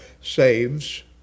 saves